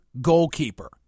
Goalkeeper